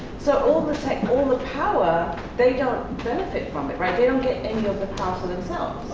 so all the all the power they don't benefit from it, right? they don't get any of the power for themselves.